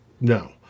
No